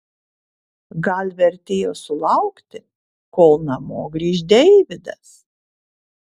gal vertėjo sulaukti kol namo grįš deividas